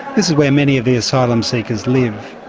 this is where many of the asylum seekers live.